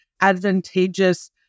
advantageous